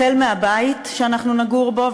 החל מהבית שאנחנו נגור בו,